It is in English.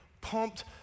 pumped